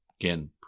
again